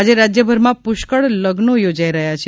આજે રાજ્યભરમાં પુષ્કળ લઝ્નો યોજાઈ રહ્યા છે